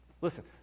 Listen